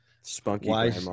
spunky